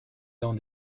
dans